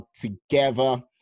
together